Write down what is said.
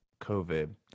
COVID